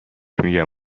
میگم